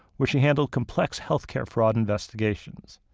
where she handled complex health care fraud investigations,